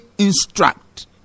instruct